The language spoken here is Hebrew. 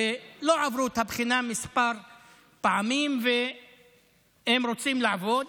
ולא עברו את הבחינה כמה פעמים והם רוצים לעבוד